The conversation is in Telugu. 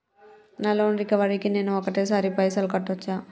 నా లోన్ రికవరీ కి నేను ఒకటేసరి పైసల్ కట్టొచ్చా?